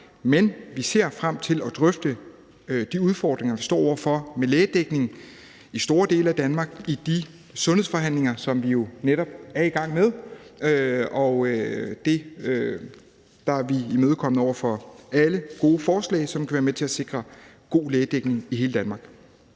Men vi ser frem til at drøfte de udfordringer, vi står over for med lægedækningen i store dele af Danmark, i de sundhedsforhandlinger, som vi jo netop er i gang med. Og der er vi imødekommende over for alle gode forslag, som kan være med til at sikre god lægedækning i hele Danmark.